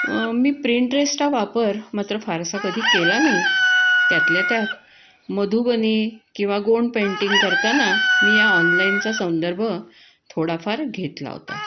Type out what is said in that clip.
मी प्रिंटरेस्टा वापर मात्र फारसा कधी केला नाही त्यातल्या त्यात मधुबनी किंवा गोंड पेंटिंग करताना मी या ऑनलाईनचा संदर्भ थोडाफार घेतला होता